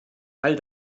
all